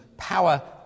power